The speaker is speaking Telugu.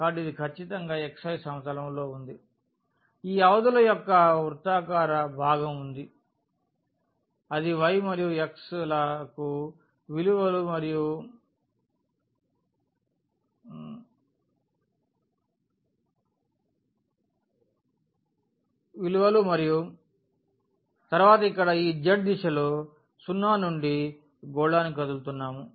కాబట్టి అది ఖచ్చితంగా xy సమతలంలో ఉంది ఈ అవధుల యొక్క వృత్తాకార భాగం అది y మరియు x లకు విలువలు మరియు తరువాత ఇక్కడ ఈ z దిశలో మనం 0 నుండి గోళానికి కదులుతున్నాము